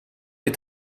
est